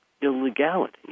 illegality